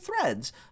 threads